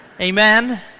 Amen